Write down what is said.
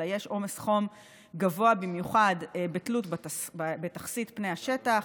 אלא יש עומס חום גבוה במיוחד בתלות בתכסית פני השטח,